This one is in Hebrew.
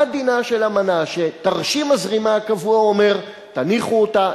מה דינה של אמנה שתרשים הזרימה הקבוע אומר "תניחו אותה,